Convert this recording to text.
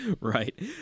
Right